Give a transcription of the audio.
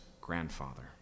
grandfather